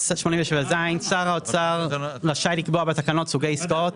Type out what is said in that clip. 87ז. שר האוצר יהיה רשאי לקבוע בתקנות סוגי עסקאות,